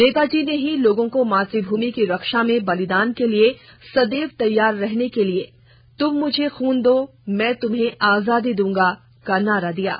नेताजी ने ही लोगों को मातृभूमि की रक्षा में बलिदान के लिए सदैव तैयार रहने के लिए तूम मुझे खून दो मैं तुम्हें आजादी दूंगा का नारा दिया था